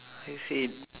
I see